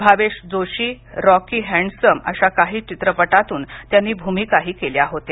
Bhavesh Joshi Rocky Handsome अशा काही चित्रपटांतून त्यांनी भूमिकाही केल्या होत्या